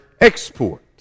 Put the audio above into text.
export